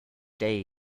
day